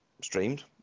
streamed